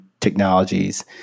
technologies